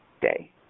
day